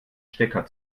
stecker